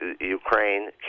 Ukraine